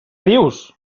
dius